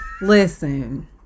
Listen